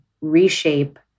reshape